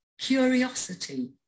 curiosity